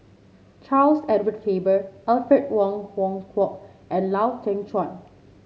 Charles Edward Faber Alfred Wong Hong Kwok and Lau Teng Chuan